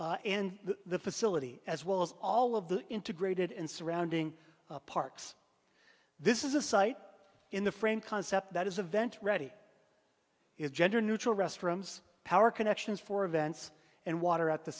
and the facility as well as all of the integrated and surrounding parks this is a site in the frame concept that is a vent ready is gender neutral restrooms power connections for events and water at the